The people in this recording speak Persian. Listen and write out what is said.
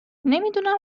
نمیدونم